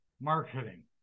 marketing